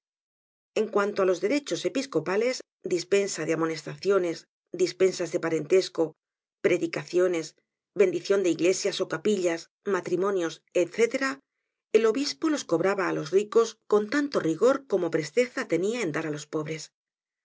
en cuanto á los derechos episcopales dispensa de amonestaciones dispensas de parentesco predicaciones bendicion de iglesias ó capillas matrimonios etc el obispo los cobraba á los ricos con tanto rigor como presteza tenia en dar á los pobres